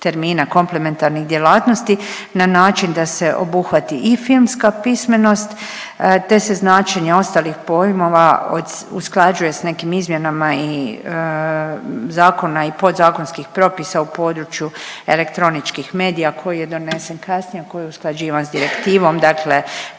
komplementarnih djelatnosti na način da se obuhvati i filmska pismenost te se značenje ostalih pojmova usklađuje s nekim izmjenama i zakona i podzakonskih propisa u području elektroničkih medija koji je donesen kasnije, a koji je usklađivan s direktivom. Dakle,